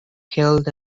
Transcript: killed